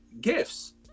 gifts